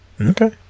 okay